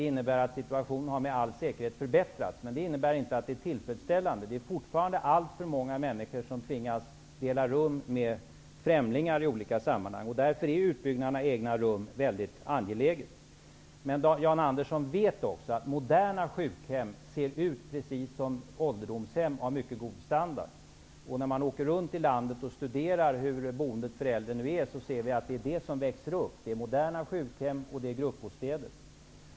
Situationen har med all säkerhet förbättrats, men det innebär inte att den är tillfredställande. Det är fortfarande alltför många människor som tvingas dela rum med främlingar i olika sammanhang. Därför är utbyggnaden av egna rum mycket angelägen. Jan Andersson vet att moderna sjukhem ser ut precis som ålderdomshem av mycket god standard. När man åker runt i landet och studerar boendet för äldre, ser man att det är sådana former som växer fram. Det är moderna sjukhem och gruppbostäder.